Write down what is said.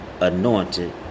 anointed